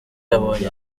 yabonye